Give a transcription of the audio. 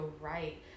right